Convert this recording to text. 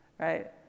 Right